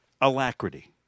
Alacrity